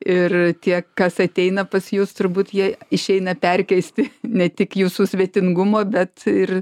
ir tie kas ateina pas jus turbūt jie išeina perkeisti ne tik jūsų svetingumo bet ir